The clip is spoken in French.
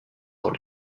dans